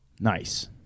Nice